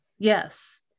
yes